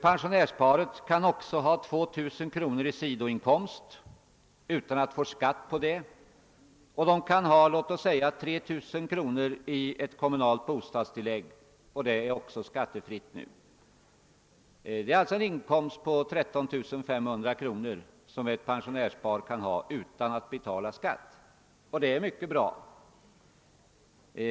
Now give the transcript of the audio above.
Pensionärsparet kan också ha 2000 kr. i sidoinkomst utan att få skatt på det beloppet och paret kan ha låt oss säga 3 000 kr. i kommunalt bostadstillägg, och det blir också skattefritt. Det blir alltså en inkomst på 13500 kr. som ett pensionärspar kan ha utan att betala skatt, och det är mycket bra.